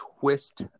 twist